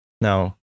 Now